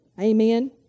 Amen